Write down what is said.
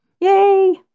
Yay